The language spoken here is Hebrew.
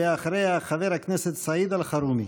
אחריה, חבר הכנסת סעיד אלחרומי.